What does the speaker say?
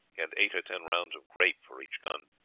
and eight or ten rounds of grape for each gun.